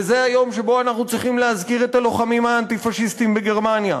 וזה היום שבו אנחנו צריכים להזכיר את הלוחמים האנטי-פאשיסטים בגרמניה,